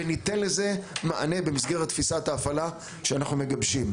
וניתן לזה מענה במסגרת תפיסת ההפעלה שאנחנו מגבשים.